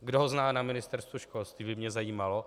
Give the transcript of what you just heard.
Kdo ho zná na Ministerstvu školství, by mě zajímalo.